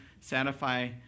satisfy